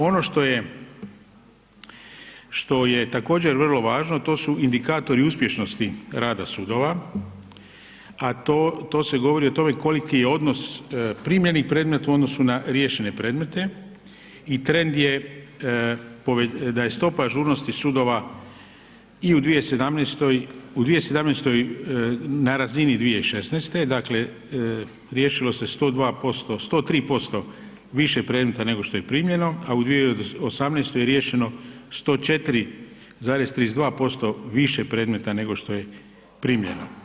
Ono što je također vrlo važno to su indikatoru uspješnosti rada sudova, a to se govori o tome koliki je odnos primljeni predmet u odnosu na riješene predmete i trend je da je stopa ažurnosti sudova i u 2017., u 2017. na razini 2016. dakle riješilo se 102%, 103% više predmeta nego što je primljeno, a u 2018. riješeno je 104,32% više predmeta nego što je primljeno.